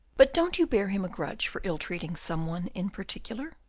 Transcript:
but don't you bear him a grudge for ill-treating some one in particular?